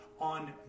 on